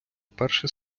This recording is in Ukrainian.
перший